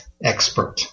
expert